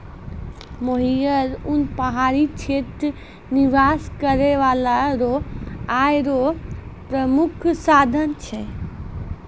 मोहियर उन पहाड़ी क्षेत्र निवास करै बाला रो आय रो प्रामुख साधन छै